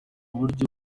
buryo